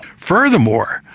furthermore,